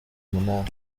umunani